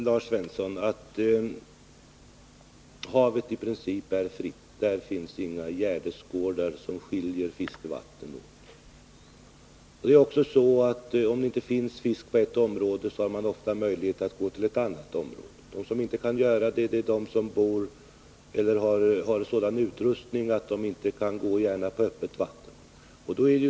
Herr talman! Havet är i princip fritt. Där finns inga gärdsgårdar som skiljer fiskevattnen åt. Om det inte finns fisk i ett område har man ofta möjlighet att gå till ett annat område. De som inte kan göra det är de som inte har sådan utrustning att de kan gå i öppet vatten.